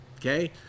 Okay